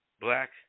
Black